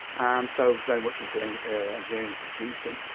and so, very much into and engineering and producing,